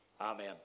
Amen